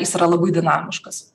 jis yra labai dinamiškas